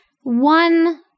one